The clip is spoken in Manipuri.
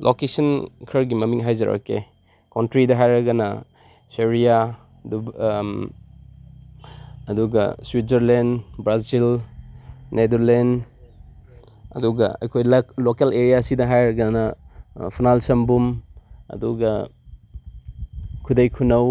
ꯂꯣꯀꯦꯁꯟ ꯈꯔꯒꯤ ꯃꯃꯤꯡ ꯍꯥꯏꯖꯔꯛꯀꯦ ꯀꯣꯟꯇ꯭ꯔꯤꯗ ꯍꯥꯏꯔꯒꯅ ꯁꯦꯔꯤꯌꯥ ꯑꯗꯨꯒ ꯁ꯭ꯋꯤꯠꯖꯔꯂꯦꯟ ꯕ꯭ꯔꯥꯖꯤꯜ ꯅꯦꯗꯔꯂꯦꯟ ꯑꯗꯨꯒ ꯑꯩꯈꯣꯏ ꯂꯣꯀꯦꯜ ꯑꯦꯔꯤꯌꯥꯁꯤꯗ ꯍꯥꯏꯔꯒꯅ ꯐꯨꯅꯥꯜꯁꯝꯕꯨꯝ ꯑꯗꯨꯒ ꯈꯨꯗꯩꯈꯨꯅꯧ